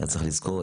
צריך לזכור,